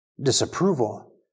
disapproval